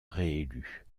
réélu